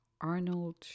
Arnold